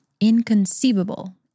inconceivable